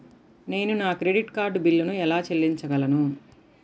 నేను నా credit card బిల్లును ఎలా చెల్లించగలను?